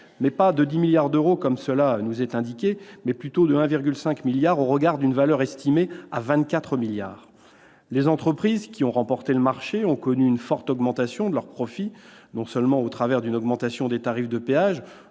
non de 10 milliards d'euros comme cela nous est indiqué, mais de 1,5 milliard d'euros au regard d'une valeur estimée à 24 milliards d'euros. Les entreprises qui ont remporté le marché ont connu une forte augmentation de leurs profits, non seulement au travers d'une augmentation des tarifs de péage